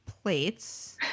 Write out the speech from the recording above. plates